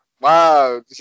Wow